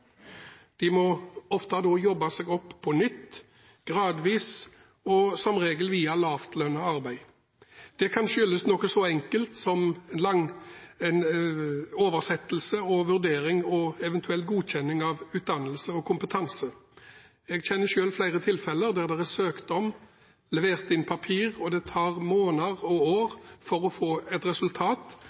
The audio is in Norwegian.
De må ofte jobbe seg opp på nytt, gradvis og som regel via lavtlønnet arbeid. Det kan skyldes noe så enkelt som oversettelse og vurdering og eventuell godkjenning av utdannelse og kompetanse. Jeg kjenner selv flere tilfeller der det er søkt og levert inn papirer, men det tar måneder og år å få vurdert og godkjent realkompetanse og utdannelse. Veien inn i arbeidslivet må ikke hemmes av et